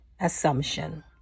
assumption